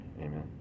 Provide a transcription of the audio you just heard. Amen